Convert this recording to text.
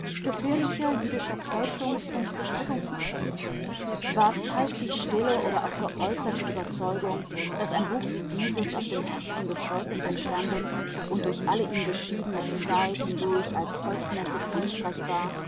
gefährlicher jüdischer täuschungs und bestrickungsmacht was half die stille oder auch geäußerte überzeugung daß ein buch wie dieses aus dem herzen des volkes entstanden und durch alle ihm beschiedene zeit hindurch als volksmäßig ansprechbar